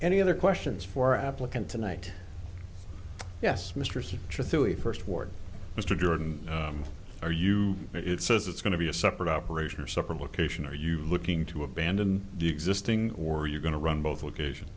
any other questions for applicant tonight yes mr see truly first ward mr jordan are you it says it's going to be a separate operation or separate location are you looking to abandon the existing or are you going to run both location